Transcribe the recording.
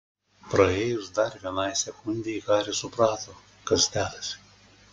praėjus dar vienai sekundei haris suprato kas dedasi